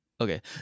okay